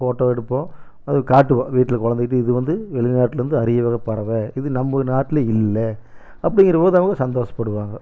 photo எடுப்போம் அதை காட்டுவோம் வீட்டில் குழந்தைக்கிட்ட இது வந்து வெளிநாட்லருந்து அரிய வகை பறவை இது நம்ம நாட்டில் இல்லை அப்படிங்கிறபோது அவங்க சந்தோஷப்படுவாங்க